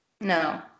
no